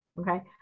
Okay